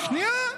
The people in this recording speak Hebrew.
שנייה.